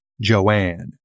Joanne